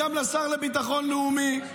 גם לשר לביטחון לאומי,